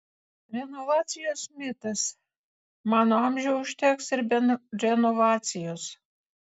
renovacijos mitas mano amžiui užteks ir be renovacijos